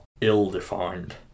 ill-defined